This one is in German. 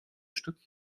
stück